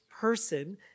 person